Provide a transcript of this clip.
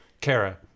Kara